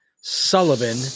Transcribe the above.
Sullivan